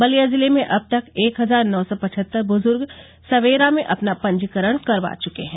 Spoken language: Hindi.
बलिया जिले में अब तक एक हजार नौ सौ पचहत्तर बुजुर्ग सवेरा में अपना पंजीकरण करवा चुके हैं